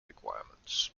requirements